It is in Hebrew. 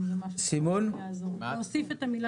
איפה?